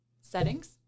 settings